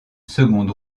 seconde